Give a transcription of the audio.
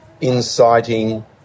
inciting